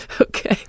Okay